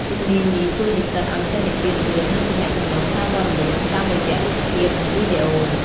ជំនាញនេះជួយនិស្សិតឱ្យចេះនិទានរឿង និងទំនាក់ទំនងសារព័ត៌មានតាមរយៈរូបភាព និងវីដេអូ។